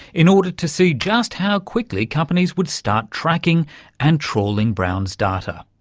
in order to see just how quickly companies would start tracking and trawling brown's data.